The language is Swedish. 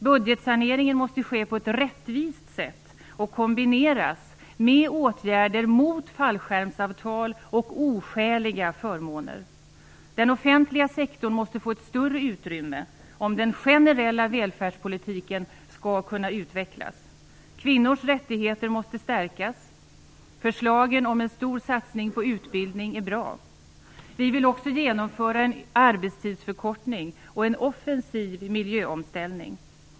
Budgetsaneringen måste ske på ett rättvist sätt och kombineras med åtgärder mot fallskärmsavtal och oskäliga förmåner. Den offentliga sektorn måste få ett större utrymme om den generella välfärdspolitiken skall kunna utvecklas. Kvinnors rättigheter måste stärkas. Förslagen om en stor satsning på utbildning är bra. Vänsterpartiet vill också genomföra en arbetstidsförkortning och en offensiv miljöomställning.